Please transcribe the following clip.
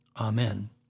Amen